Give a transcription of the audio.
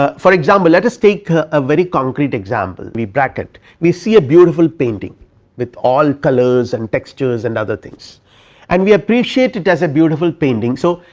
ah for example, let us take a very concrete example we bracket we see a beautiful painting with all colors and textures and other things and we appreciate it as a beautiful painting. so,